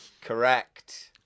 correct